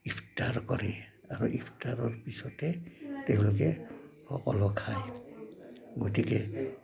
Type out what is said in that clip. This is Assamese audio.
ইফ্টাৰ কৰে আৰু ইফ্টাৰৰ পিছতে তেওঁলোকে সকলো খায় গতিকে